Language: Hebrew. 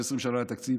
ש-20 שנה לא היה תקציב.